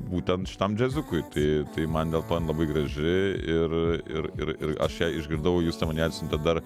būtent šitam džiaziukui tai man dėl to jin labai graži ir ir ir ir aš ją išgirdau justė neatsiuntė dar